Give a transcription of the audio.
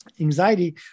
anxiety